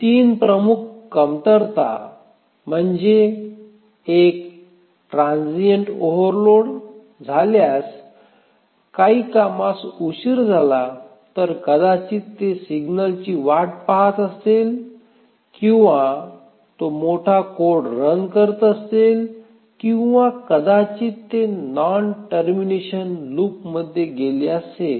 तीन प्रमुख कमतरता म्हणजे एक ट्रान्झिव्हंट ओव्हरलोड झाल्यास काही कामास उशीर झाला तर कदाचित ते सिग्नलची वाट पाहत असेल किंवा तो मोठा कोड रन करत असेल किंवा कदाचित ते नॉन टर्मिनेशन लूपमध्ये गेले असेल